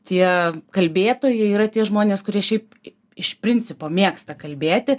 tie kalbėtojai yra tie žmonės kurie šiaip iš principo mėgsta kalbėti